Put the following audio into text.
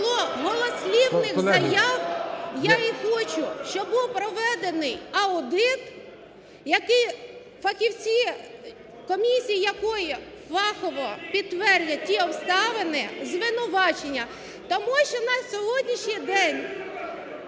не було голослівних заяв, я і хочу, щоб був проведений аудит, який, фахівці комісії якої фахово підтвердять ті обставини, звинувачення. Тому що на сьогоднішній день…